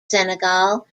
senegal